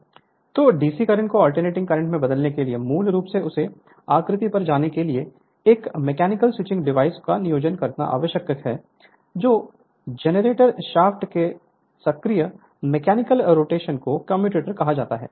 Refer Slide Time 0749 तो DC current को alternating current में बदलने के लिए मूल रूप से उस आकृति पर जाने के लिए एक मैकेनिकल स्विचिंग डिवाइस को नियोजित करना आवश्यक है जो जनरेटर शाफ्ट के सक्रिय मैकेनिकल रोटेशन को कम्यूटेटर कहा जाता है